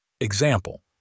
Example